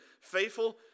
faithful